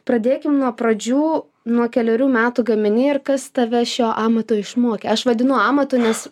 pradėkim nuo pradžių nuo kelerių metų gamini ir kas tave šio amato išmokė aš vadinu amatu nes